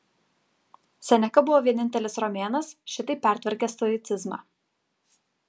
seneka buvo vienintelis romėnas šitaip pertvarkęs stoicizmą